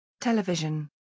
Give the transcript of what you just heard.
Television